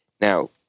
Now